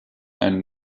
einen